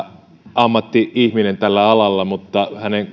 ammatti ihminen tällä alalla mutta hänen